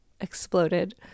exploded